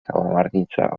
kałamarnica